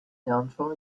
downfall